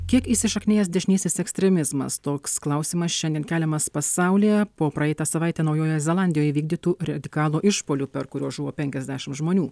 kiek įsišaknijęs dešinysis ekstremizmas toks klausimas šiandien keliamas pasaulyje po praeitą savaitę naujojoje zelandijoje įvykdytų radikalų išpuolių per kuriuos žuvo penkiasdešim žmonių